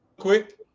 quick